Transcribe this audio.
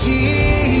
Jesus